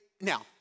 now